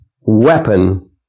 weapon